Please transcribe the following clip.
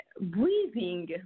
breathing